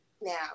now